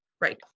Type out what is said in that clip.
Right